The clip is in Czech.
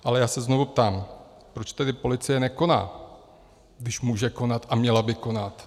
Ale já se znovu ptám, proč tedy policie nekoná, když může konat a měla by konat.